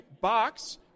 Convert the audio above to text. box